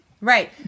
right